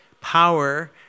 power